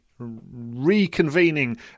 reconvening